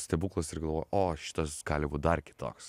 stebuklas ir galvoja o šitas gali būt dar kitoks